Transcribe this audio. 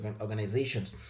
organizations